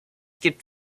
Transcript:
gibt